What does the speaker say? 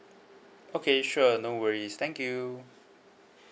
okay sure no worries thank you